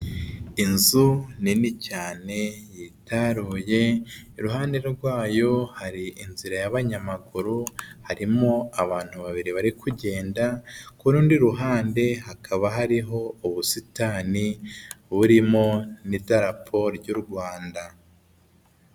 Inzu nini cyane yitaruye iruhande rwayo hari inzira y'abanyamaguru harimo abantu babiri bari kugenda ku rundi ruhande hakaba hariho ubusitani burimo n'idarapo ry'u Rwanda.